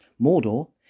Mordor